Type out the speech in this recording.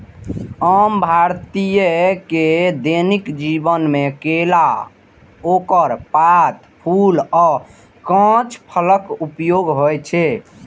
आम भारतीय के दैनिक जीवन मे केला, ओकर पात, फूल आ कांच फलक उपयोग होइ छै